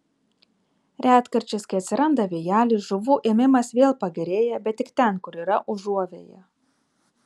retkarčiais kai atsiranda vėjelis žuvų ėmimas vėl pagerėja bet tik ten kur yra užuovėja